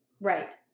Right